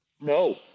No